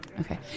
Okay